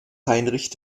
heinrich